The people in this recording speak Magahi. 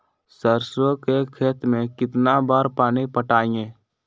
सरसों के खेत मे कितना बार पानी पटाये?